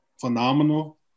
phenomenal